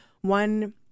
one